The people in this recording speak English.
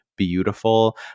beautiful